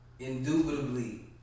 indubitably